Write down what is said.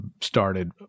started